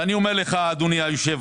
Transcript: ואני אומר לך, אדוני היושב-ראש.